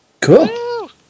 Cool